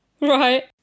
right